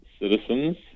citizens